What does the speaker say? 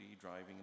driving